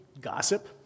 gossip